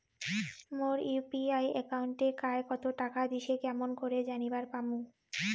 মোর UPI একাউন্টে কায় কতো টাকা দিসে কেমন করে জানিবার পামু?